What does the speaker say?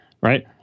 Right